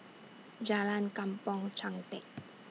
Jalan Kampong Chantek